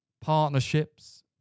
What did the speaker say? partnerships